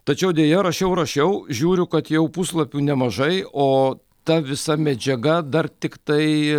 tačiau deja rašiau rašiau žiūriu kad jau puslapių nemažai o ta visa medžiaga dar tiktai